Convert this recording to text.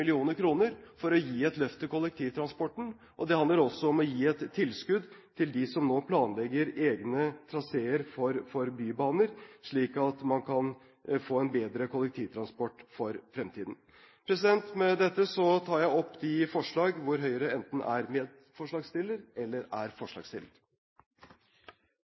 for å gi et løft til kollektivtransporten. Det handler også om å gi et tilskudd til dem som nå planlegger egne traseer for bybaner, slik at man kan få en bedre kollektivtransport for fremtiden. Med dette tar jeg opp de forslag hvor Høyre enten er medforslagsstiller eller er forslagsstiller